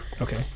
Okay